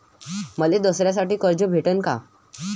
मले दसऱ्यासाठी कर्ज भेटन का?